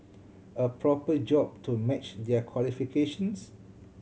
a proper job to match their qualifications